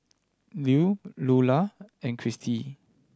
Lew Lulah and Kirstie